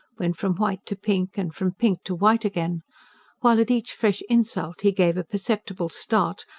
went from white to pink and from pink to white again while at each fresh insult he gave a perceptible start,